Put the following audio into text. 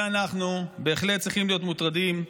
ואנחנו בהחלט צריכים להיות מוטרדים,